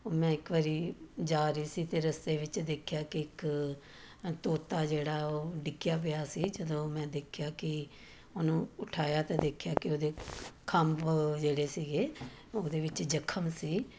ਮੈਂ ਇੱਕ ਵਾਰੀ ਜਾ ਰਹੀ ਸੀ ਤਾਂ ਰਸਤੇ ਵਿੱਚ ਦੇਖਿਆ ਕਿ ਇੱਕ ਤੋਤਾ ਜਿਹੜਾ ਉਹ ਡਿੱਗਿਆ ਪਿਆ ਸੀ ਜਦੋਂ ਮੈਂ ਦੇਖਿਆ ਕਿ ਉਹਨੂੰ ਉਠਾਇਆ ਤਾਂ ਦੇਖਿਆ ਕਿ ਉਹਦੇ ਖੰਭ ਜਿਹੜੇ ਸੀਗੇ ਉਹਦੇ ਵਿੱਚ ਜ਼ਖਮ ਸੀ